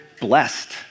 blessed